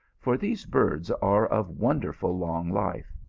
for these birds are of wonderful long life.